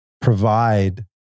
provide